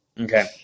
Okay